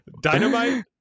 Dynamite